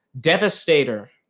Devastator